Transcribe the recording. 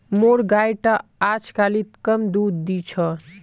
मोर गाय टा अजकालित कम दूध दी छ